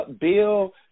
bill